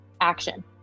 action